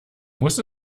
muss